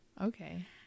okay